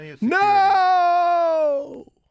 no